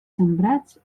sembrats